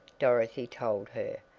dorothy told her,